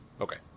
Okay